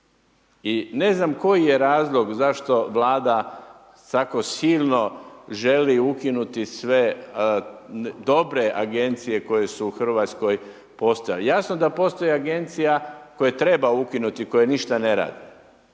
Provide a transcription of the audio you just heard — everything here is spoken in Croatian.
I ne znam koji je razlog zašto Vlada tako silno želi ukinuti sve dobre agencije koje su u Hrvatskoj postojale? Jasno da postoje agencije koje treba ukinuti koje ništa ne rade,